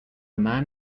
man